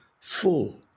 full